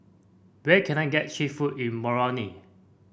where can I get cheap food in Moroni